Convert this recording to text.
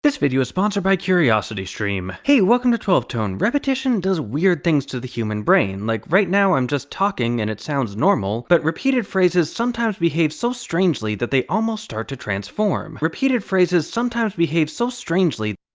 this video is sponsored by curiositystream! hey, welcome to twelve tone! repetition does weird things to the human brain. like, right now, i'm just talking, and it sounds normal, but repeated phrases sometimes behave so strangely that they almost start to transform. repeated phrases sometimes behave so strangely.